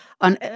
On